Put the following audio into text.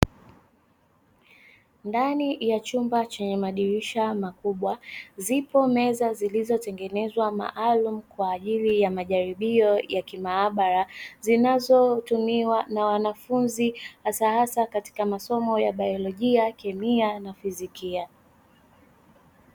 Ndani ya chumba chenye madirisha makubwa, zipo meza zilizotengenezwa maalumu kwa ajili ya majaribio ya kimaabara, zinazotumiwa na wanafunzi hasahasa katika masomo ya biolojia, kemia na fizikia.